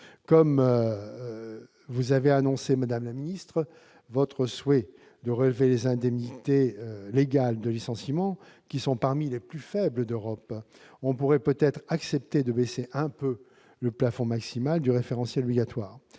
comme vous avez annoncé votre souhait de relever les indemnités légales de licenciement, qui sont parmi les plus faibles d'Europe, on pourrait peut-être accepter de baisser un peu le plafond maximal du référentiel obligatoire.